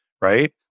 right